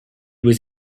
was